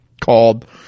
called